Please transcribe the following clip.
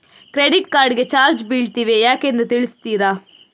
Credit card ಗೆ charge ಬೀಳ್ತಿದೆ ಯಾಕೆಂದು ತಿಳಿಸುತ್ತೀರಾ?